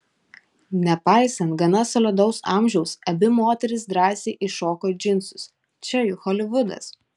nepaisant gana solidaus amžiaus abi moterys drąsiai įšoko į džinsus čia juk holivudas